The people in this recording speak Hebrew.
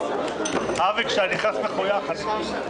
הממשלה לפטור מחובת הנחה להצעת חוק הבחירות לכנסת (תיקון מס' 73)